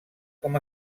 com